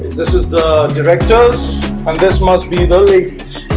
this is the directors and this must be the ladies